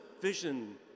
vision